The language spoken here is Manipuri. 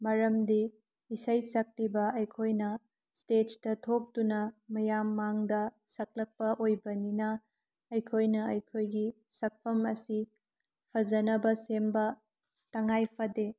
ꯃꯔꯝꯗꯤ ꯏꯁꯩ ꯁꯛꯂꯤꯕ ꯑꯩꯈꯣꯏꯅ ꯁ꯭ꯇꯦꯁꯇ ꯊꯣꯛꯇꯨꯅ ꯃꯌꯥꯝ ꯃꯥꯡꯗ ꯁꯛꯂꯛꯄ ꯑꯣꯏꯕꯅꯤꯅ ꯑꯩꯈꯣꯏꯅ ꯑꯩꯈꯣꯏꯒꯤ ꯁꯛꯐꯝ ꯑꯁꯤ ꯐꯖꯅꯕ ꯁꯦꯝꯕ ꯇꯉꯥꯏ ꯐꯗꯦ